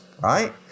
right